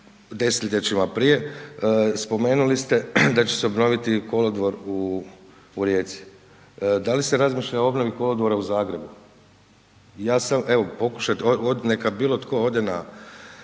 desetljećima prije. Spomenuli ste da će se obnoviti i kolodvor u Rijeci. Da li se razmišlja o obnovi kolodvora u Zagrebu? Ja sam evo, evo pokušajte, neka bilo tko ode na